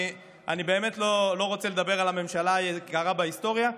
אני באמת לא רוצה לדבר על הממשלה היקרה בהיסטוריה,